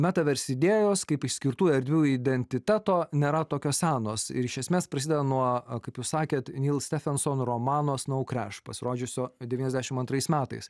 metavers idėjos kaip išskirtų erdvių identiteto nėra tokios senos ir iš esmės prasideda nuo kaip jūs sakėt nyl stefenson romano snaukreš pasirodžiusio devyniasdešim antrais metais